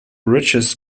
richest